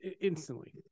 Instantly